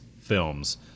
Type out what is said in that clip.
films